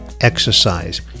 exercise